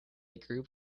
group